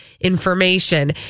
information